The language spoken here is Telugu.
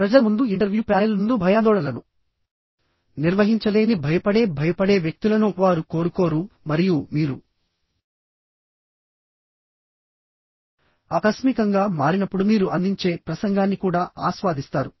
ప్రజల ముందు ఇంటర్వ్యూ ప్యానెల్ ముందు భయాందోళనలను నిర్వహించలేని భయపడే భయపడే వ్యక్తులను వారు కోరుకోరు మరియు మీరు ఆకస్మికంగా మారినప్పుడు మీరు అందించే ప్రసంగాన్ని కూడా ఆస్వాదిస్తారు